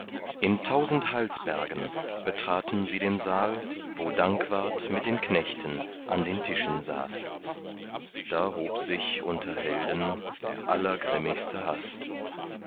in tausend halsbergen betraten sie den saal wo dankwart mit den knechten an den tischen saß da hob sich unter helden der allergrimmigste haß